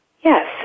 Yes